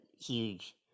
huge